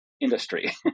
industry